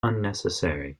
unnecessary